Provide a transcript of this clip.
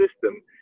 system